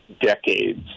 decades